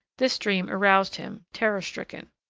this dream aroused him, terror-stricken.